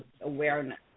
awareness